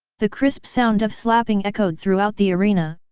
the crisp sound of slapping echoed throughout the arena,